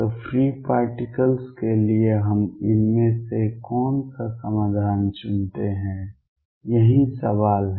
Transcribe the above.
तो free particles के लिए हम इनमें से कौन सा समाधान चुनते हैं यही सवाल है